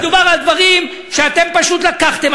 מדובר על דברים שאתם פשוט לקחתם,